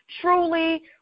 truly